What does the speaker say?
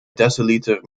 deciliter